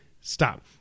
stop